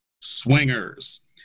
Swingers